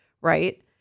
Right